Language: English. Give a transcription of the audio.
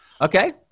Okay